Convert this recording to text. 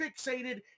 fixated